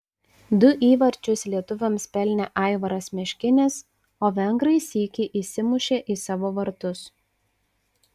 du įvarčius lietuviams pelnė aivaras meškinis o vengrai sykį įsimušė į savo vartus